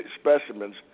specimens